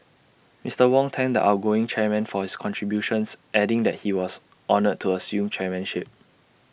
Mister Wong thanked the outgoing chairman for his contributions adding that he was honoured to assume chairmanship